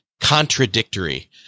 contradictory